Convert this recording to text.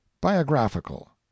biographical